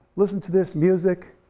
listen to this music,